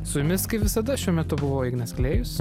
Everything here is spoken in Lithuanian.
su jumis kaip visada šiuo metu buvo ignas klėjus